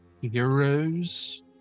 heroes